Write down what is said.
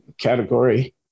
category